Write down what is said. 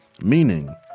meaning